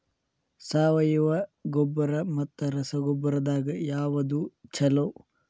ಸಾವಯವ ಗೊಬ್ಬರ ಮತ್ತ ರಸಗೊಬ್ಬರದಾಗ ಯಾವದು ಛಲೋ?